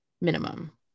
minimum